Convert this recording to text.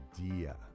idea